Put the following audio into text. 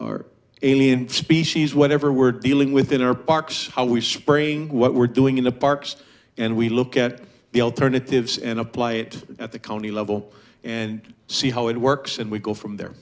are alien species whatever we're dealing with in our parks how we spring what we're doing in the parks and we look at the alternatives and apply it at the county level and see how it works and we go from there